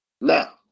now